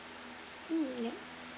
mm yup